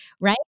right